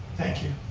thank you.